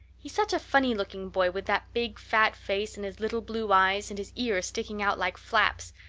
he's such a funny-looking boy with that big fat face, and his little blue eyes, and his ears sticking out like flaps.